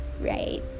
right